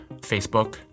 Facebook